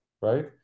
right